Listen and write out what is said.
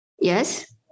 Yes